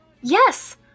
Yes